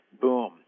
Boom